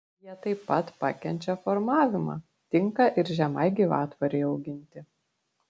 jie taip pat pakenčia formavimą tinka ir žemai gyvatvorei auginti